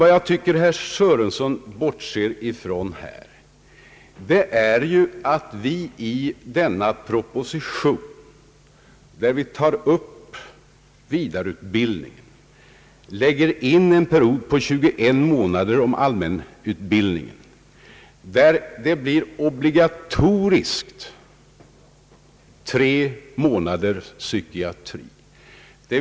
Men jag tycker att herr Sörenson i detta fall bortser från att vi i den aktuella propositionen där vi behandlar vidareutbildningen för in en period på 21 månader med allmänutbildning i vilken tre månaders undervisning i psykiatri utgör en obligatorisk del.